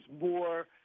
more